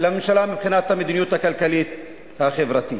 לממשלה מבחינת המדיניות הכלכלית והחברתית.